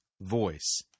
voice